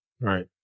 right